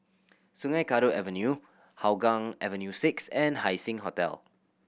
Sungei Kadut Avenue Hougang Avenue Six and Haising Hotel